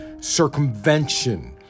circumvention